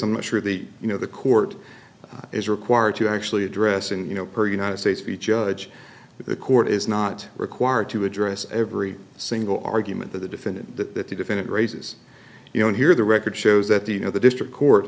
i'm sure the you know the court is required to actually address and you know per united states v judge the court is not required to address every single argument of the defendant that the defendant raises you don't hear the record shows that the you know the district court